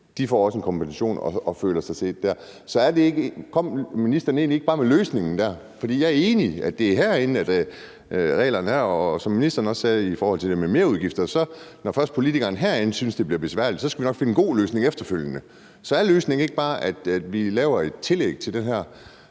får også en kompensation og føler sig set der. Så kom ministeren egentlig ikke bare med løsningen der? For jeg er enig i, at det er herinde, reglerne bliver vedtaget, og som ministeren også sagde i forhold til merudgifter, så er det sådan, at når først politikerne herinde synes, det bliver besværligt, skal vi nok finde en god løsning efterfølgende. Så er løsningen ikke bare, at vi laver et tillæg til det her